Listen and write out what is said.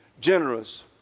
generous